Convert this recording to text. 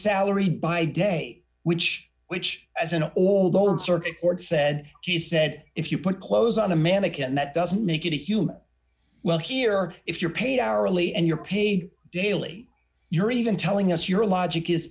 salary by day which which as an all go in circuit court said he said if you put clothes on a mannequin that doesn't make it a human well here if you're paid hourly and you're paid daily you're even telling us your logic is